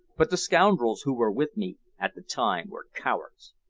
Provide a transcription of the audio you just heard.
but the scoundrels who were with me at the time were cowards.